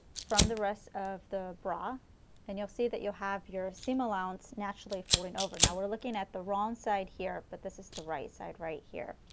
from the rest of the bra and you will see that you have your seam allowance naturally folding over. now we are looking at the wrong side here, but this is the right side right here.